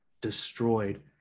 destroyed